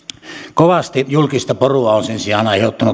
kovasti julkista porua on sen sijaan aiheuttanut